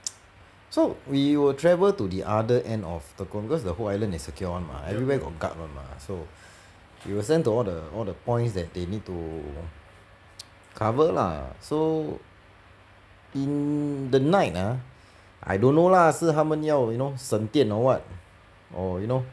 so we will travel to the other end of tekong cause the whole island is secure [one] mah everywhere got guard [one] mah so we will send to all the all the points that they need to cover lah so in the night ah I don't know lah 是他们要 you know 省电 or what or you know